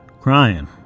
Crying